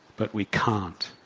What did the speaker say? but we can't.